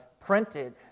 printed